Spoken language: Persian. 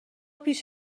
پیش